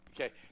okay